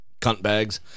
cuntbags